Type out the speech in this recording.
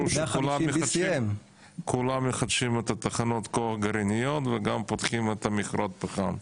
שכולם מחדשים את תחנות הכוח הגרעיניות וגם פותחים את מכרות הפחם.